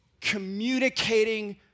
Communicating